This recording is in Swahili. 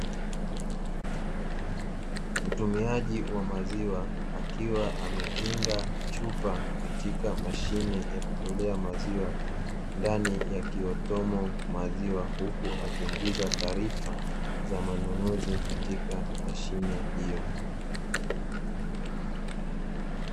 Mtumiaji wa maziwa akiwa amekinga chupa katika mashine ya kutolea maziwa ndani ya kiwemo maziwa, huku akiingiza taarifa za manunuzi katika mashine hiyo.